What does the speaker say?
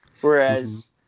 Whereas